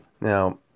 Now